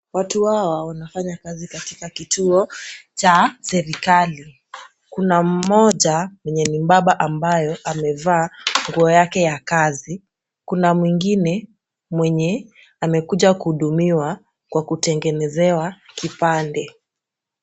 Watu hawa wanafanya kazi katika kituo cha serikali. Kuna mmoja mwenye ni mbaba ambaye amevaa nguo yake ya kazi. Kuna mwingine mwenye amekuja kuhudumiwa kwa kutengenezewa kipande.